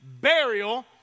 burial